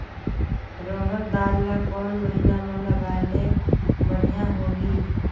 रहर दाल ला कोन महीना म लगाले बढ़िया होही?